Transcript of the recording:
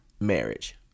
marriage